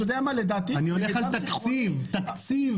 תקציב